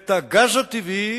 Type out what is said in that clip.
את הגז הטבעי,